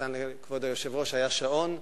נתן לכבוד היושב-ראש היתה שעון,